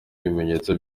ibimenyetso